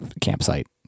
campsite